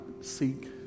seek